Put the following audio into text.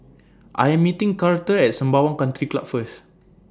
I Am meeting Karter At Sembawang Country Club First